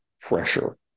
pressure